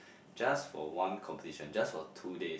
just for one competition just for two days